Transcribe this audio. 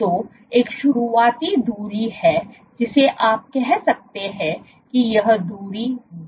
तो एक शुरुआती दूरी है जिसे आप कह सकते हैं कि यह दूरी Dw या Dwall है